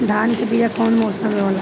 धान के बीया कौन मौसम में होला?